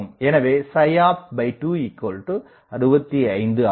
எனவே opt265 ஆகும்